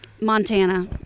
Montana